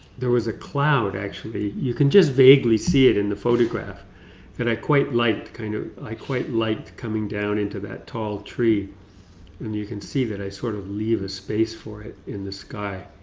there was a cloud, actually. you can just vaguely see it in the photograph that i quite liked, kind of, i quite liked coming down into that tall tree and you can see that i sort of leave a space for it in the sky.